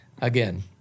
Again